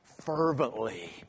fervently